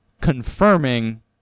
Confirming